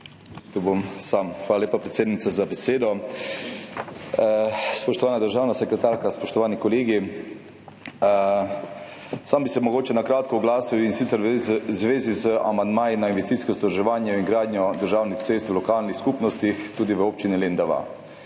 Torej bom sam. Hvala lepa, predsednica, za besedo. Spoštovana državna sekretarka, spoštovani kolegi! Sam bi se mogoče na kratko oglasil, in sicer v zvezi z amandmaji na investicijsko vzdrževanje in gradnjo državnih cest v lokalnih skupnostih, tudi v občini Lendava.